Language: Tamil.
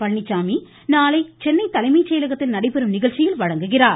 பழனிச்சாமி நாளை சென்னை தலைமைச்செயலகத்தில் நடைபெறும் நிகழ்ச்சியில் வழங்குகிறார்